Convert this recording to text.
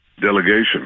delegation